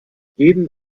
jeden